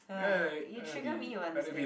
you trigger me you understand